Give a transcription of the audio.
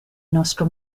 nostro